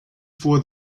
for